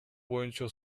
боюнча